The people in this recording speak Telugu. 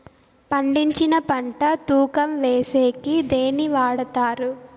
పండించిన పంట తూకం వేసేకి దేన్ని వాడతారు?